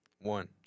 one